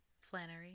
Flannery